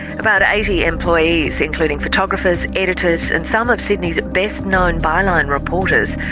about eighty employees, including photographers, editors and some of sydney's best-known by-line reporters,